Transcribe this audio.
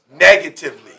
negatively